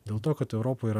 dėl to kad europoj yra